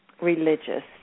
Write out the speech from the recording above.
religious